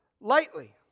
lightly